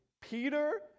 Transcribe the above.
Peter